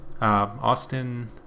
Austin